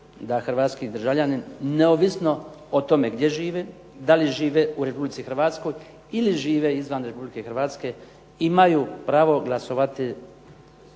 da hrvatski državljanin neovisno o tome gdje živi, da li žive u Republici Hrvatskoj ili žive izvan Republike Hrvatske imaju pravo glasovati